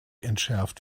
entschärft